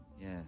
yes